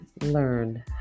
learn